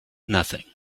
nothing